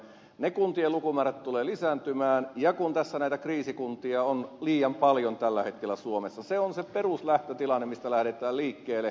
niiden kuntien lukumäärä tulee lisääntymään ja kun näitä kriisikuntia on liian paljon tällä hetkellä suomessa se on se peruslähtötilanne mistä lähdetään liikkeelle